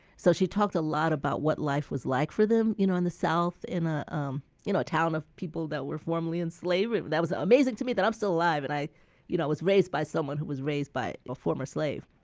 so, she talked a lot about what life was like for them you know in the south, in a um you know town of people who were formerly in slavery. that was amazing to me that i'm still alive and i you know was raised by someone who was raised by ah former slaves.